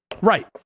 Right